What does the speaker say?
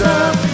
up